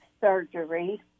surgery